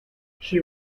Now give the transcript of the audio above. she